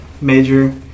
major